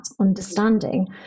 understanding